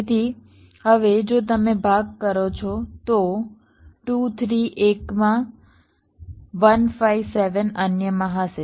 તેથી હવે જો તમે ભાગ કરો છો તો 2 3 એકમાં 1 5 7 અન્યમાં હશે